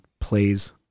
plays